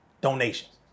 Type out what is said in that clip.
donations